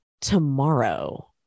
tomorrow